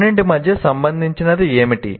రెండింటి మధ్య సంబంధించినది ఏమిటి